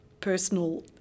personal